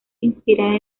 inspirada